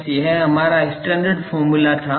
बस यह हमारा स्टैण्डर्ड फार्मूला था